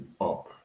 up